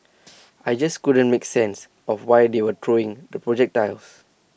I just couldn't make sense of why they were throwing the projectiles